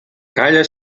calla